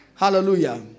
Hallelujah